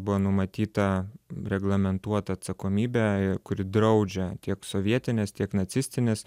buvo numatyta reglamentuot atsakomybę kuri draudžia tiek sovietinės tiek nacistinės